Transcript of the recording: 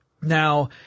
Now